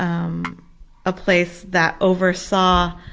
um a place that oversaw